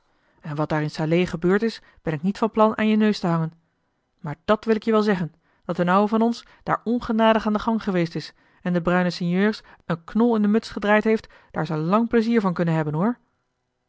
en wat daar in salé gebeurd is ben ik niet van plan aan je neus te hangen maar dàt wil ik je wel zeggen dat d'n ouwe van ons daar ongenadig aan den gang geweest is en den bruinen sinjeurs een knol in d'n muts gedraaid heeft daar ze lang plezier van kunnen hebben hoor